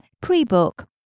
pre-book